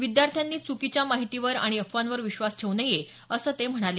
विद्यार्थ्यांनी चुकीच्या माहितीवर आणि अफवांवर विश्वास ठेऊ नये असं ते म्हणाले